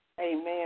Amen